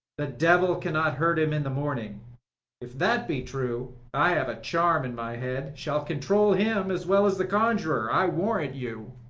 the devil cannot hurt him in the morning if that be true, i have a charm in my head, shall control him as well as the conjurer, i warrant you.